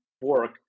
work